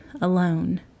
alone